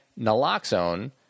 naloxone